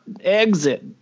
exit